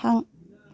थां